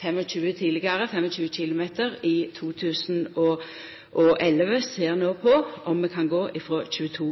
km i 2011 og ser no på om vi kan gå frå 22 km